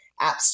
apps